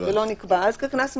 זה לא נקבע אז כקנס מנהלי.